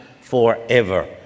forever